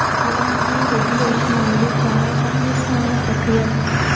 bank regulation అనేది చాలా సంక్లిష్టమైన ప్రక్రియ